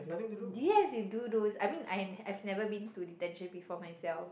do you have to do those I mean I have never been to detention before myself